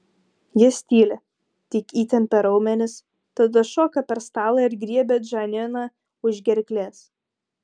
jis tyli tik įtempia raumenis tada šoka per stalą ir griebia džaniną už gerklės